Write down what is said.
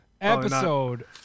Episode